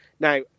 Now